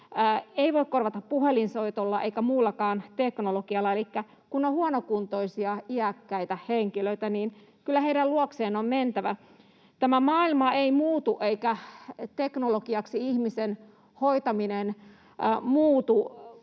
ei voi korvata puhelinsoitolla eikä muullakaan teknologialla. Elikkä kun on huonokuntoisia iäkkäitä henkilöitä, niin kyllä heidän luokseen on mentävä. Tämä maailma ei muutu eikä teknologiaksi ihmisen hoitaminen muutu,